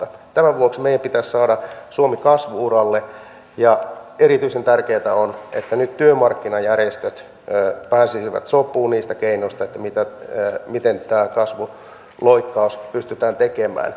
tämän vuoksi meidän pitäisi saada suomi kasvu uralle ja erityisen tärkeää on että nyt työmarkkinajärjestöt pääsisivät sopuun niistä keinoista miten tämä kasvuloikkaus pystytään tekemään